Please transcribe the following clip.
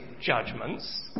judgments